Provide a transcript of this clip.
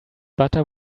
butter